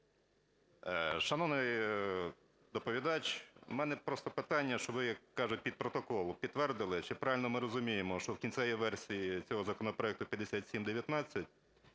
Шановний доповідач, у мене просто питання, щоб ви, як кажуть, під протокол підтвердили чи правильно ми розуміємо, що в кінцевій версії цього законопроекту 5719